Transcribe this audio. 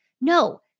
No